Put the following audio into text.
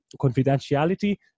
confidentiality